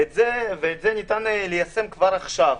ואת זה ניתן ליישם כבר עכשיו.